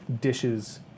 dishes